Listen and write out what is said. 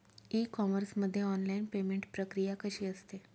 E commerce मध्ये online payment प्रक्रिया कशी असते?